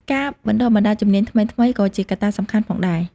ការបណ្ដុះបណ្ដាលជំនាញថ្មីៗក៏ជាកត្តាសំខាន់ផងដែរ។